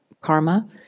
karma